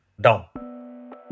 down